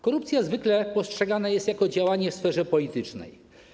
Korupcja zwykle postrzegana jest jako działanie w sferze politycznej.